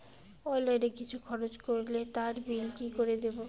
Online কিছু খরচ করলে তার বিল কি করে দেবো?